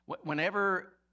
whenever